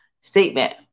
statement